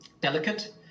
delicate